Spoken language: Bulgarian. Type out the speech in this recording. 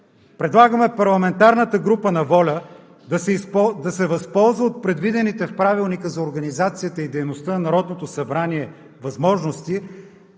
Предлагаме парламентарната група на ВОЛЯ да се възползва от предвидените в Правилника за организацията и дейността на Народното събрание възможности